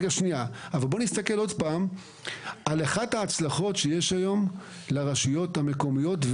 בואו נסתכל עוד פעם על אחת ההצלחות שיש לרשויות המקומיות,